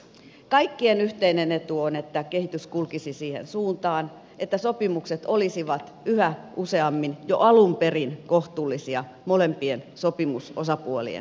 kaikkien yhteinen etu on että kehitys kulkisi siihen suuntaan että sopimukset olisivat yhä useammin jo alun perin kohtuullisia molempien sopimusosapuolien kannalta